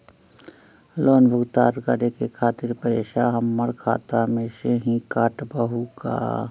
Loan भुगतान करे के खातिर पैसा हमर खाता में से ही काटबहु का?